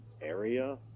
area